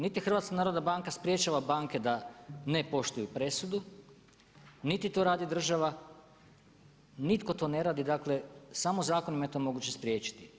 Niti HNB sprječava banke da ne poštuju presudu, niti to radi država, nitko to ne radi, dakle samo zakonom je to moguće spriječiti.